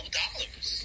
dollars